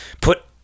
put